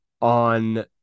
on